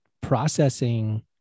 processing